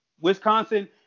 Wisconsin